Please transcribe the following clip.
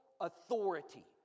authority